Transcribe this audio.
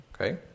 Okay